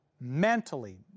mentally